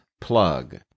Plug